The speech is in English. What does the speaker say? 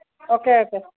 okay okay